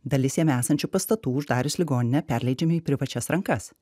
dalis jame esančių pastatų uždarius ligoninę perleidžiama į privačias rankas